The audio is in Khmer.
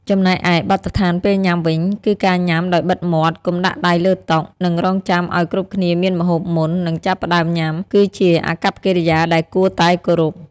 ចំណែកឯ បទដ្ឋានពេលញ៉ាំវិញ គឺការញុំាដោយបិទមាត់ កុំដាក់ដៃលើតុ និងរង់ចាំឲ្យគ្រប់គ្នាមានម្ហូបមុននឹងចាប់ផ្តើមញុំា គឺជាអាកប្បកិរិយាដែលគួរតែគោរព។